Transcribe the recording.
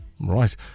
Right